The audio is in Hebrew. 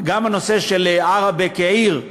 הנושא של עראבה כעיר,